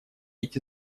эти